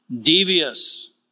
devious